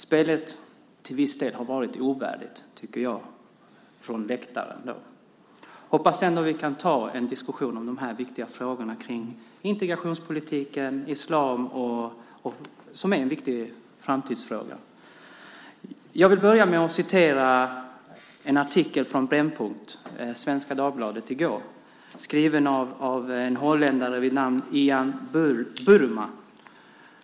Spelet har till viss del varit ovärdigt, tycker jag från läktaren. Jag hoppas ändå att vi kan ha en diskussion om dessa viktiga framtidsfrågor om integrationspolitiken och islam. Jag vill börja med att citera en artikel på Brännpunkt i Svenska Dagbladet i går skriven av en holländare vid namn Ian Buruma.